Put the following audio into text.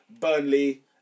Burnley